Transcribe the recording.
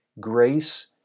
grace